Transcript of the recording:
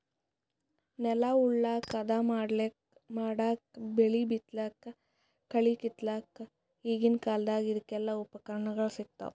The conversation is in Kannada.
ನೆಲ ಉಳಲಕ್ಕ್ ಹದಾ ಮಾಡಕ್ಕಾ ಬೆಳಿ ಬಿತ್ತಲಕ್ಕ್ ಕಳಿ ಕಿತ್ತಲಕ್ಕ್ ಈಗಿನ್ ಕಾಲ್ದಗ್ ಇದಕೆಲ್ಲಾ ಉಪಕರಣಗೊಳ್ ಸಿಗ್ತಾವ್